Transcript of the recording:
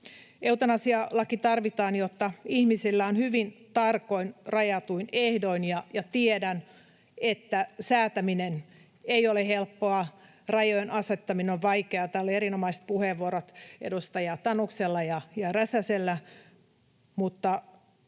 Eutanasialaki tarvitaan, jotta ihmisillä on hyvin tarkoin rajatuin ehdoin... Tiedän, että säätäminen ei ole helppoa, rajojen asettaminen on vaikeaa — täällä oli erinomaiset puheenvuorot edustaja Tanuksella ja edustaja